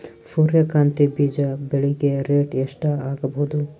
ಸೂರ್ಯ ಕಾಂತಿ ಬೀಜ ಬೆಳಿಗೆ ರೇಟ್ ಎಷ್ಟ ಆಗಬಹುದು?